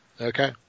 Okay